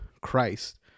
Christ